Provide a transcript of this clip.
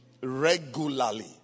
regularly